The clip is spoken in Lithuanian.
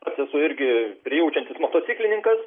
aš esu irgi prijaučiantis motociklininkas